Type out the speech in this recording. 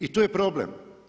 I tu je problem.